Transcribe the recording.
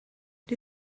dwi